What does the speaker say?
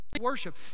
worship